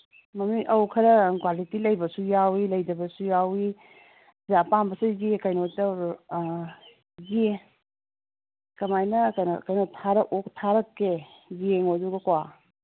ꯑꯧ ꯈꯔ ꯀ꯭ꯋꯥꯂꯤꯇꯤ ꯂꯩꯕꯁꯨ ꯌꯥꯎꯋꯤ ꯂꯩꯇꯕꯁꯨ ꯌꯥꯎꯋꯤ ꯑꯄꯥꯝꯕ ꯁꯤꯒꯤ ꯀꯩꯅꯣ ꯇꯧꯔꯣ ꯀꯃꯥꯏꯅ ꯀꯃꯥꯏꯅ ꯀꯩꯅꯣ ꯊꯥꯔꯛꯀꯦ ꯌꯦꯡꯉꯣ ꯑꯗꯨꯒꯀꯣ